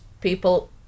people